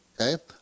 Okay